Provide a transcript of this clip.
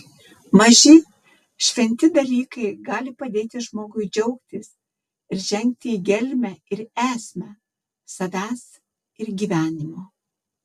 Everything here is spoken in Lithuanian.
maži šventi dalykai gali padėti žmogui džiaugtis ir žengti į gelmę ir esmę savęs ir gyvenimo